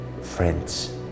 friends